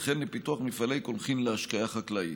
וכן לפיתוח מפעלי קולחים להשקיה חקלאית.